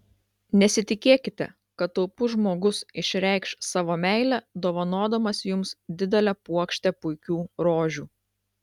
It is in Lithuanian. nesitikėkite kad taupus žmogus išreikš savo meilę dovanodamas jums didelę puokštę puikių rožių